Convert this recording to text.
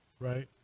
right